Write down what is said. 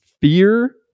Fear